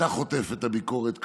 אתה חוטף את הביקורת כאן,